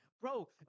Bro